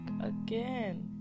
again